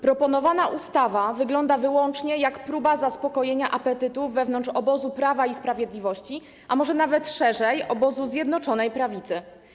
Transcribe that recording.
Proponowana ustawa wygląda wyłącznie jak próba zaspokojenia apetytu wewnątrz obozu Prawa i Sprawiedliwości, a może nawet szerzej - obozu Zjednoczonej Prawicy.